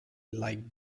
like